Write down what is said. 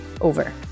Over